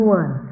one